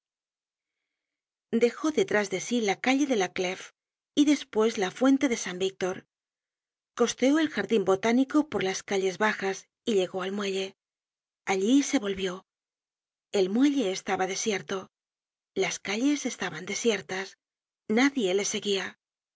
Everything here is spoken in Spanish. dejó detrás de sí la calle de la glef y despues la fuente de san víctor costeó el jardin botánico por las calles bajas y llegó al muelle allí se volvió el muelle estaba desierto las calles estaban desiertas nadie le seguía